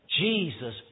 Jesus